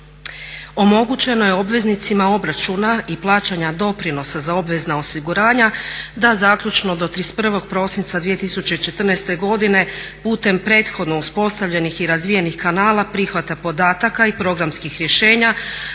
omogućeno je obveznicima obračuna i plaćanja doprinosa za obvezna osiguranja da zaključno do 31. prosinca 2014. godine putem prethodno uspostavljenih i razvijenih kanala, prihvata podataka i programskih rješenja